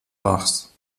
bachs